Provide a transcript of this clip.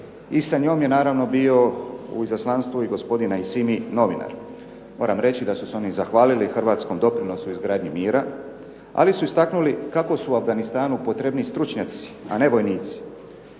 i sa njom je naravno bio u izaslanstvu i gospodin Nesimi, novinar. Moram reći da su se oni zahvalili hrvatskom doprinosu u izgradnji mira, ali su istaknuli kako su Afganistanu potrebniji stručnjaci, a ne vojnici.